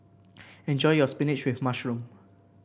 enjoy your spinach with mushroom